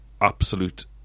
absolute